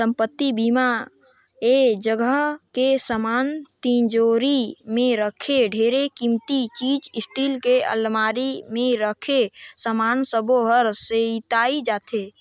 संपत्ति बीमा म ऐ जगह के समान तिजोरी मे राखे ढेरे किमती चीच स्टील के अलमारी मे राखे समान सबो हर सेंइताए जाथे